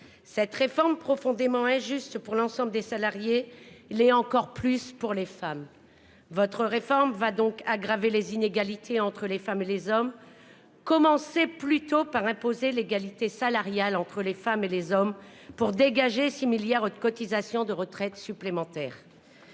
Cette réforme profondément injuste pour l'ensemble des salariés. Il est encore plus pour les femmes. Votre réforme va donc aggraver les inégalités entre les femmes et les hommes. Commencer plutôt par imposer l'égalité salariale entre les femmes et les hommes pour dégager 6 milliards de cotisations de retraite supplémentaire.